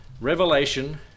Revelation